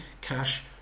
cash